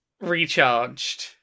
recharged